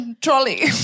trolley